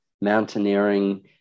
mountaineering